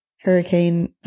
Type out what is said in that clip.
hurricane